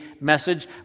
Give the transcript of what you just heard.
message